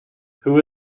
who